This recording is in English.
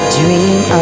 dream